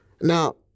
Now